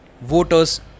Voters